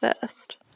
first